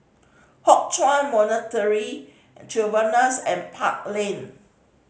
Hock Chuan Monastery Chevrons and Park Lane